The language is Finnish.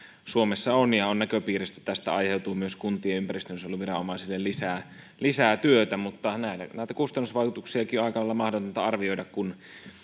suomessa on on näköpiirissä että tästä aiheutuu myös kuntien ympäristönsuojeluviranomaisille lisää lisää työtä mutta näitä kustannusvaikutuksiakin on aika lailla mahdotonta arvioida kun